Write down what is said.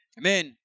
Amen